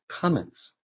comments